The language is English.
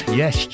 yes